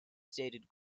stated